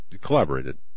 collaborated